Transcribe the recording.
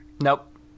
Nope